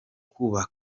kubabara